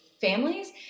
families